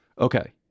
Okay